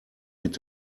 mit